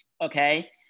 okay